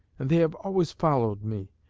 and they have always followed me.